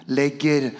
lägger